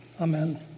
Amen